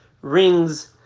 rings